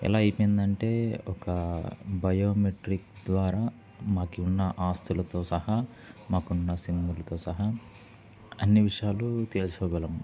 ఎలా అయిపోయిందంటే ఒక బయోమెట్రిక్ ద్వారా మాకు ఉన్న ఆస్తులతో సహా మాకున్న సిమ్లతో సహా అన్ని విషయాలు తెలుసుకోగలం